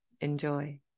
Enjoy